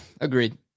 agreed